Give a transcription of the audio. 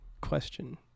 question